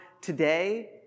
today